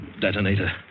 detonator